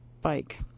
bike